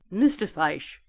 mr. fyshe,